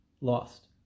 lost